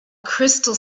crystal